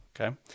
Okay